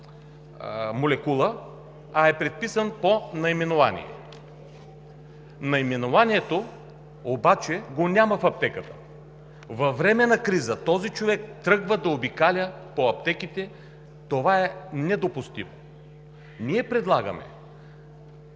молекула, а му е предписано по наименование. Наименованието обаче го няма в аптеката и във време на криза този човек тръгва да обикаля по аптеките – това е недопустимо. Ние предлагаме